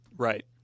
Right